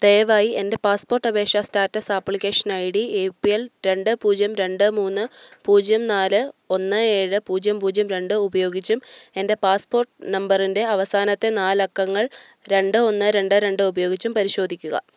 ദയവായി എൻ്റെ പാസ്പോർട്ട് അപേക്ഷാ status application I D A P L രണ്ട് പൂജ്യം രണ്ട് മൂന്ന് പൂജ്യം നാല് ഒന്ന് ഏഴ് പൂജ്യം പൂജ്യം രണ്ട് ഉപയോഗിച്ചും എൻ്റെ പാസ്പോർട്ട് നമ്പറിൻ്റെ അവസാനത്തെ നാലക്കങ്ങൾ രണ്ട് ഒന്ന് രണ്ട് രണ്ട് ഉപയോഗിച്ചും പരിശോധിക്കുക